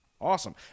Awesome